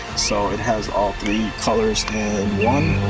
so it has all three colors in one.